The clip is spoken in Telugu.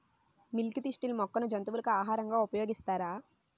మిల్క్ తిస్టిల్ మొక్కను జంతువులకు ఆహారంగా ఉపయోగిస్తారా?